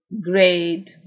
grade